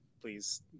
please